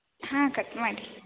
ಹಾಂ ಕಟ್ ಮಾಡಿ